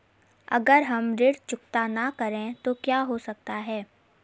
अगर हम ऋण चुकता न करें तो क्या हो सकता है?